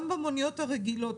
גם במוניות הרגילות,